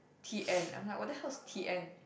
T_N I'm like what the hell is T_N